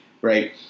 right